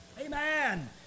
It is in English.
Amen